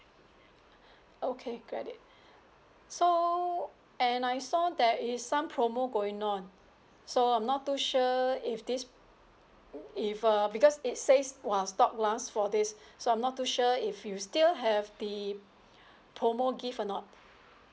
okay get it so and I saw there is some promo going on so I'm not too sure if this if err because it says while stock last for this so I'm not too sure if you still have the promo gift or not